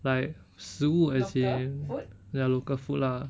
like 食物 as in ya local food lah